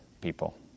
people